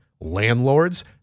landlords